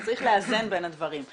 אז צריך לאזן בין הדברים.